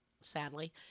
sadly